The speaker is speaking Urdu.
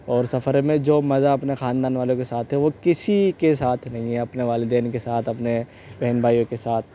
اور سفر میں جو مزہ اپنے خاندان والوں کے ساتھ ہے وہ کسی کے ساتھ نہیں ہے اپنے والدین کے ساتھ اپنے بہن بھائیوں کے ساتھ